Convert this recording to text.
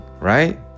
right